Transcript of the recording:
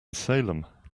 salem